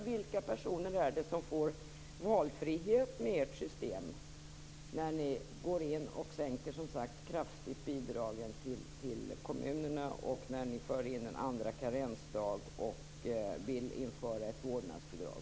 Vilka personer är det som får valfrihet med ert system, när ni går in och kraftigt sänker bidragen till kommunerna och när ni vill införa en andra karensdag och ett vårdnadsbidrag?